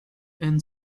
and